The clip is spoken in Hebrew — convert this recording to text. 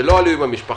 שהם לא עלו עם המשפחה.